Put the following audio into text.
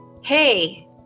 Hey